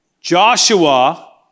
Joshua